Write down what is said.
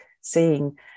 seeing